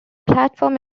platform